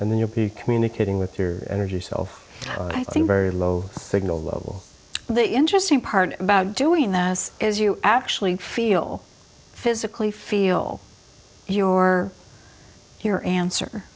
nd then you'll be communicating with your energy self i think very low signal level the interesting part about doing this is you actually feel physically feel your your answer